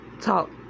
talk